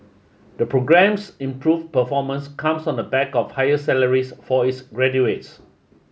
the programme's improved performance comes on the back of higher salaries for its graduates